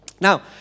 Now